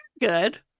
good